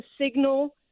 signal